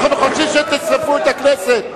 אתם חושבים שתשרפו את הכנסת?